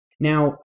Now